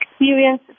experience